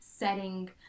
setting